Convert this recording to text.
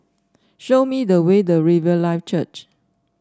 show me the way to Riverlife Church